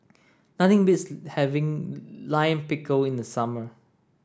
nothing beats having Lime Pickle in the summer